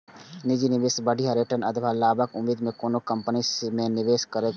निजी निवेशक बढ़िया रिटर्न अथवा लाभक उम्मीद मे कोनो कंपनी मे निवेश करै छै